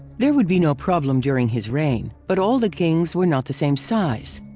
there would be no problem during his reign, but all the kings were not the same size.